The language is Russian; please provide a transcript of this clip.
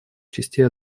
частей